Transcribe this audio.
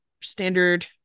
standard